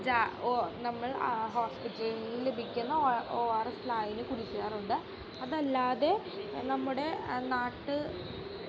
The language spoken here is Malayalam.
നമ്മൾ ഹോസ്പിറ്റലിൽ ലഭിക്കുന്ന ഒ ആർ എസ് ലായനി കുടിക്കാറുണ്ട് അതല്ലാതെ നമ്മുടെ